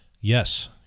Yes